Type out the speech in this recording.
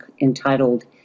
entitled